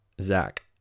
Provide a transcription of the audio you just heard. Zach